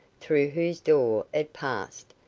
through whose door it passed,